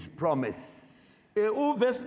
promise